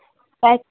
sir